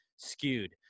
Skewed